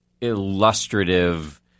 illustrative –